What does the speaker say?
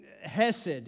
hesed